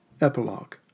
Epilogue